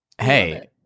Hey